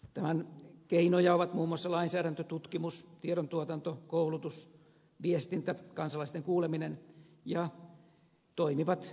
tämän keinoja ovat muun muassa lainsäädäntö tutkimus tiedontuotanto koulutus viestintä kansalaisten kuuleminen ja toimivat demokratian käytännöt